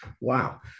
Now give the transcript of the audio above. Wow